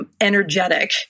energetic